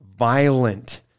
violent